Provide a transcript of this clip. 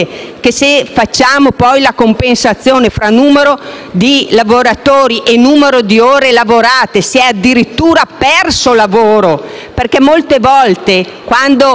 Se facciamo la compensazione tra numero di lavoratori e numero di ore lavorate, si è addirittura perso lavoro,